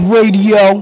Radio